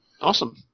Awesome